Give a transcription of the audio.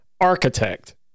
Architect